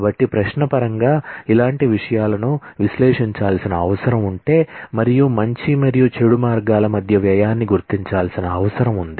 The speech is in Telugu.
కాబట్టి క్వరీ పరంగా ఇలాంటి విషయాలను విశ్లేషించాల్సిన అవసరం ఉంటే మరియు మంచి మరియు చెడు మార్గాల మధ్య వ్యయాన్ని గుర్తించాల్సిన అవసరం ఉంది